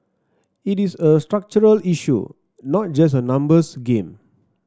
it is a structural issue not just a numbers game